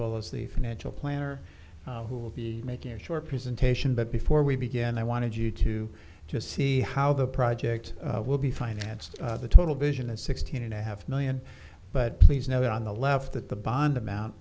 well as the financial planner who will be making a short presentation but before we begin i wanted you to just see how the project will be financed the total vision is sixteen and a half million but please note on the left that the bond amount